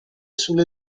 sulle